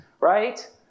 right